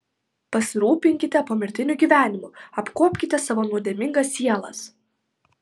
pasirūpinkite pomirtiniu gyvenimu apkuopkite savo nuodėmingas sielas